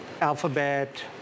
Alphabet